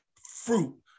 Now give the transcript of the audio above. fruit